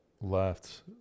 left